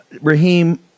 Raheem